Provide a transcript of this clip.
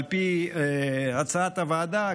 על פי הצעת הוועדה,